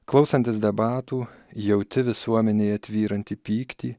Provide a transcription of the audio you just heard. klausantis debatų jauti visuomenėje tvyrantį pyktį